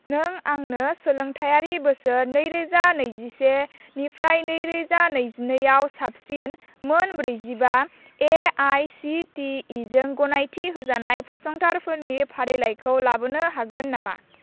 नों आंनो सोलोंथायारि बोसोर नैरोजा नैजिसेनिफ्राय नैरोजा नैजिनैआव साबसिन मोन ब्रैजिबा A I C T E जों गनायथि होजानाय फसंथानफोरनि फारिलाइखौ लाबोनो हागोन नामा